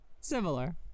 Similar